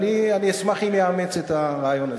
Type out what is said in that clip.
אני אשמח אם אדוני יאמץ את הרעיון הזה.